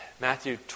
Matthew